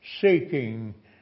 seeking